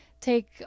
take